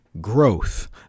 growth